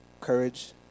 courage